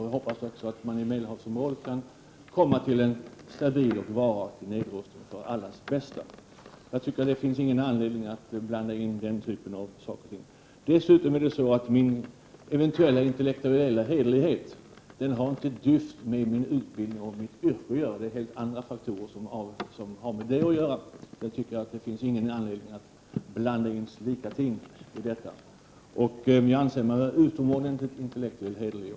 Jag hoppas att man också i Medelhavsområdet kan komma till en stabil och varaktig nedrustning för allas bästa, men jag tycker inte att det finns anledning att blanda in dessa saker här. Min eventuella intellektuella hederlighet har inte ett dyft med min utbildning och mitt yrke att göra. Det är helt andra faktorer som har med den saken att göra. Jag tycker inte det finns anledning att blanda in slika ting i detta. Jag anser mig vara utomordentligt intellektuellt hederlig.